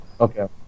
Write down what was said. Okay